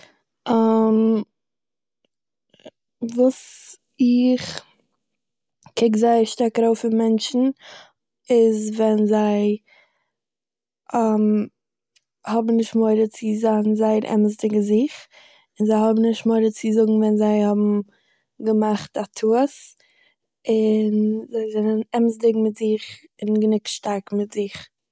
וואס איך קוק זייער שטארק ארויף אויף מענטשן איז ווען זיי האבן נישט מורא צו זיין זייער אמת'דיג אין זיך און זיי האבן נישט מורא צו זאגן ווען זיי האבן געמאכט א טעות, און זיי זענען אמת'דיג מיט זיך און גענוג שטארק מיט זיך